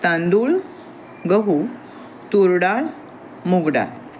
तांदूळ गहू तूर डाळ मूग डाळ